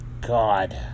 god